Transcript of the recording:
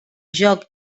joc